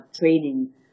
training